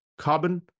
Carbon